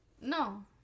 No